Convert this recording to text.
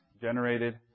generated